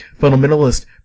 fundamentalist